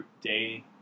day